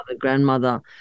grandmother